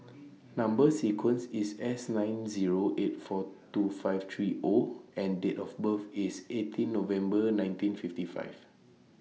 Number sequence IS S nine Zero eight four two five three O and Date of birth IS eighteen November nineteen fifty five